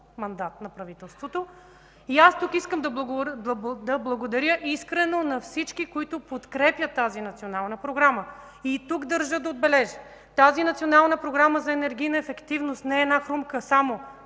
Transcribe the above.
мандат на правителството. Тук искам да благодаря искрено на всички, които подкрепят тази Национална програма. Тук държа да отбележа: тази Национална програма за енергийна ефективност не е една хрумка само